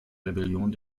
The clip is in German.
rebellion